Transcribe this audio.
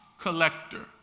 collector